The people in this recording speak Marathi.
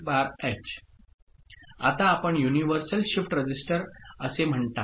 H आता आपण युनिव्हर्सल शिफ्ट रजिस्टर असे म्हणतात